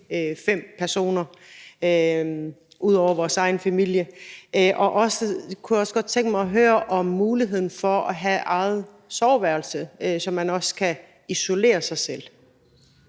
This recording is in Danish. fem personer ud over vores egen familie. Og så kunne jeg også tænke mig at høre noget om muligheden for at have eget soveværelse, så man også kan isolere sig selv.